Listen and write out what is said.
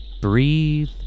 Breathe